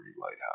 Lighthouse